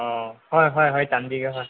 ꯑꯣ ꯍꯣꯏ ꯍꯣꯏ ꯍꯣꯏ ꯇꯝꯕꯤꯒꯦ ꯍꯣꯏ